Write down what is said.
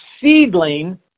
seedling